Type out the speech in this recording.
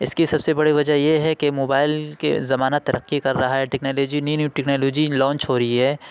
اِس کی سب سے بڑی وجہ یہ ہے کہ موبائل کے زمانہ ترقی کر رہا ہے technology new new technology launch ہو رہی ہے